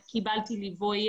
וכולי.